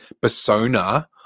persona